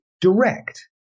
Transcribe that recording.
direct